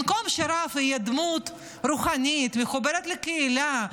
במקום שרב יהיה דמות רוחנית מחוברת לקהילה,